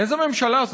איזה ממשלה זאת?